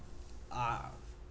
uh